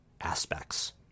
aspects